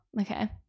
okay